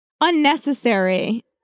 unnecessary